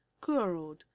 curled